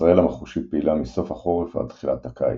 בישראל המחושית פעילה מסוף החורף ועד תחילת הקיץ,